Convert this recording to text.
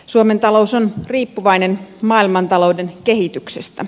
suomen talous on riippuvainen maailmantalouden kehityksestä